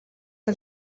que